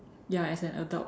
ya as an adult